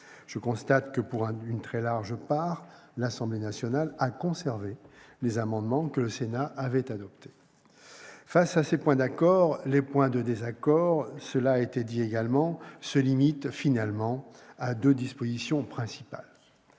Je constate que, pour une très large part, l'Assemblée nationale a conservé les amendements que le Sénat avait adoptés. Face à ces points d'accord, les points de désaccord, cela a été dit également, se limitent finalement à deux dispositions principales.